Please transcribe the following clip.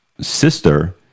sister